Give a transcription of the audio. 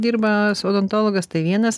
dirba odontologas tai vienas